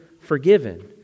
forgiven